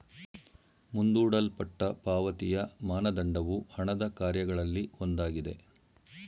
ಮುಂದೂಡಲ್ಪಟ್ಟ ಪಾವತಿಯ ಮಾನದಂಡವು ಹಣದ ಕಾರ್ಯಗಳಲ್ಲಿ ಒಂದಾಗಿದೆ